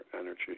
energy